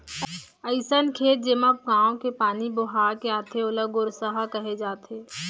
अइसन खेत जेमा गॉंव के पानी बोहा के आथे ओला गोरसहा कहे जाथे